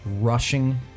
rushing